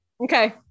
Okay